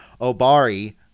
Obari